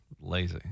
lazy